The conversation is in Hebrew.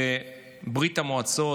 וברית המועצות,